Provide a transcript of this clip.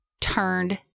turned